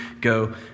go